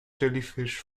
jellyfish